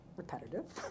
repetitive